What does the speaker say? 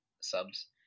subs